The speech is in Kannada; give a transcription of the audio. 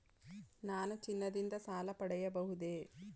ನಾನು ಚಿನ್ನದಿಂದ ಸಾಲ ಪಡೆಯಬಹುದೇ?